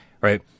right